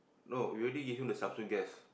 no we already give him the Samsung guest